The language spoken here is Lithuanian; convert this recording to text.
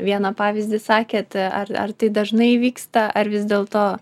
vieną pavyzdį sakėt ar ar tai dažnai įvyksta ar vis dėlto